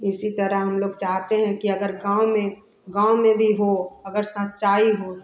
इसी तरह हम लोग चाहते हैं कि अगर गाँव में गाँव में भी हो अगर सच्चाई हो